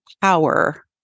power